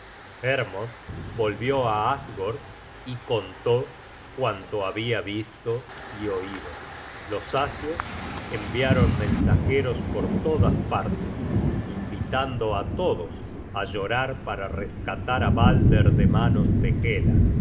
hermod volvió á asgord y contó cuanto habia visto y oido content from google book search generated at los asios enviaron mensajeros por todas partes invitando á todos á llorar para rescatar á balder de manos de hela